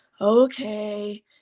okay